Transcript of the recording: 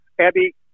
Abby